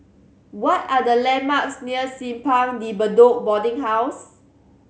what are the landmarks near Simpang De Bedok Boarding House